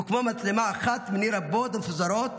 מוקמה מצלמה, אחת מני רבות המפוזרות